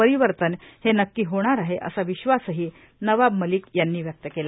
परिवर्तन हे नक्की होणार आहे आहे असा विश्वासही नवाब मलिक यांनी व्यक्त केला